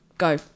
Go